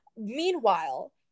Meanwhile